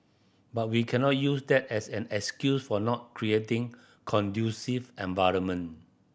but we cannot use that as an excuse for not creating conducive environment